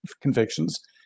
convictions